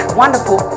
wonderful